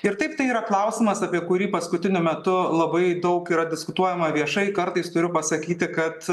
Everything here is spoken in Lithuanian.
ir taip tai yra klausimas apie kurį paskutiniu metu labai daug yra diskutuojama viešai kartais turiu pasakyti kad